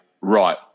right